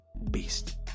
beast